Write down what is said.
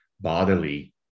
bodily